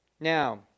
Now